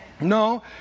No